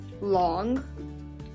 long